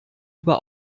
über